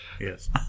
Yes